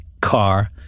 car